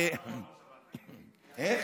מה